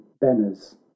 banners